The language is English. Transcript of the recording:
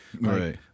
Right